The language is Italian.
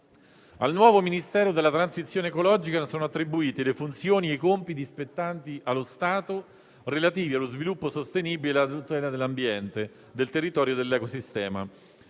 Al nuovo Ministero della transizione ecologica sono attribuite le funzioni e i compiti spettanti allo Stato relativi allo sviluppo sostenibile e alla tutela dell'ambiente, del territorio e dell'ecosistema.